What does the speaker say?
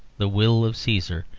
the will of caesar,